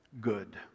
good